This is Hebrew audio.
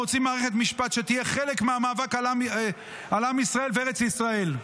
אנחנו רוצים מערכת משפט שתהיה חלק מהמאבק על עם ישראל וארץ ישראל,